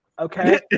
Okay